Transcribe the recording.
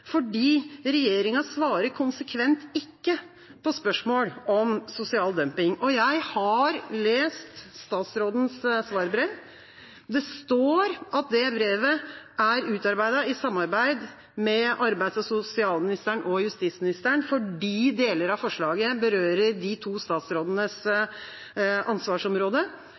regjeringa svarer konsekvent ikke på spørsmål om sosial dumping. Jeg har lest statsrådens svarbrev. Det står at brevet er utarbeidet i samarbeid med arbeids- og sosialministeren og justisministeren, fordi deler av forslaget berører de to statsrådenes ansvarsområde.